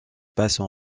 passent